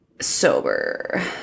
Sober